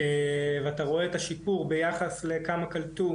ואתה רואה את השיפור ביחס לכמה קלטו